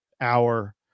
hour